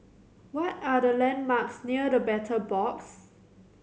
what are the landmarks near The Battle Box